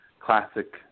classic